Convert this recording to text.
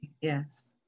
yes